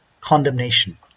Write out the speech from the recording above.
condemnation